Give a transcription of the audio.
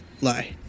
lie